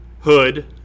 hood